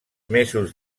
mesos